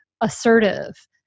assertive